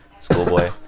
Schoolboy